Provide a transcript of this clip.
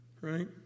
right